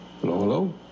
Hello